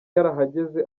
yarahageze